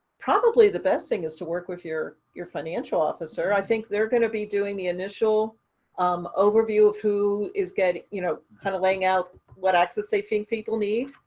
probably the best thing is to work with your your financial officer, i think they're going to be doing the initial um overview of who is getting, you know, kind of laying out what access they think people need,